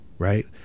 Right